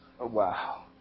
Wow